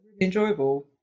enjoyable